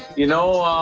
you know